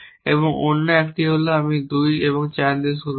এবং অন্য 1 হল যদি আমি 2 এবং 4 দিয়ে শুরু করি